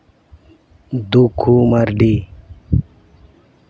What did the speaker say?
ᱫᱩᱠᱷᱩ Mardi